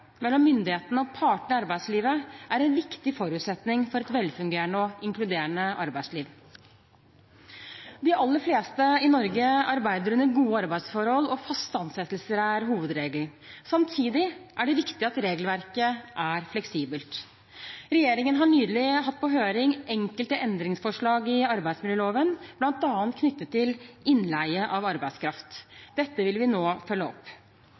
mellom myndighetene og partene i arbeidslivet er en viktig forutsetning for et velfungerende og inkluderende arbeidsliv. De aller fleste i Norge arbeider under gode arbeidsforhold, og faste ansettelser er hovedregelen. Samtidig er det viktig at regelverket er fleksibelt. Regjeringen har nylig hatt på høring enkelte endringsforslag i arbeidsmiljøloven, bl.a. knyttet til innleie av arbeidskraft. Dette vil vi nå følge opp.